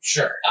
Sure